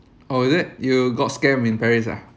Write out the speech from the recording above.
oh is it you got scammed in paris ah